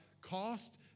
cost